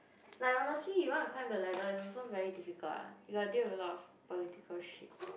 like honestly you want to climb the ladder is also very difficult you gotta deal with a lot of political shit